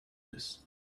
this